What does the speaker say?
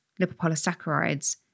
lipopolysaccharides